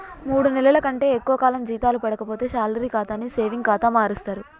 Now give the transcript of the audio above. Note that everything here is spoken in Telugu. మూడు నెలల కంటే ఎక్కువ కాలం జీతాలు పడక పోతే శాలరీ ఖాతాని సేవింగ్ ఖాతా మారుస్తరు